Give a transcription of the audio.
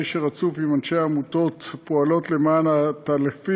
עומדת בקשר רצוף עם אנשי העמותות הפועלות למען העטלפים,